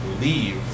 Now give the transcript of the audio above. leave